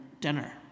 dinner